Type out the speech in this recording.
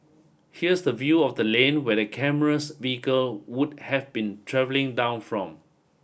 here's the view of the lane where the camera's vehicle would have been travelling down from